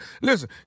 Listen